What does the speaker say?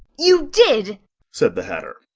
you did said the hatter.